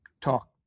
talk